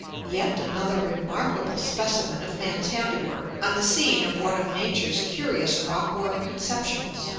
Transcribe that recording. yet another remarkable specimen of man's handiwork on the scene of one of nature's curious rockwork conceptions.